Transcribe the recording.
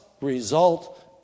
result